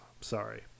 sorry